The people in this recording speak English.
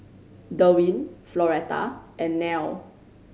Derwin Floretta and Nelle